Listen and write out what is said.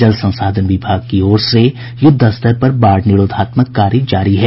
जल संसाधन विभाग की ओर से युद्धस्तर पर बाढ़ निरोधात्मक कार्य जारी है